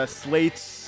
slate's